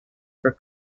for